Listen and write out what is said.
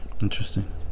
Interesting